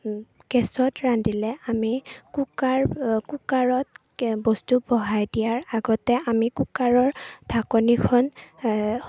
গেছত ৰান্ধিলে আমি কুকাৰ কুকাৰত বস্তু বহাই দিয়াৰ আগতে আমি কুকাৰৰ ঢাকনিখন